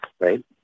Right